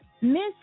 Miss